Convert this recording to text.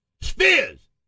Spears